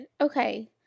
Okay